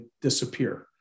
disappear